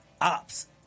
ops